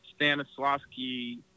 Stanislavski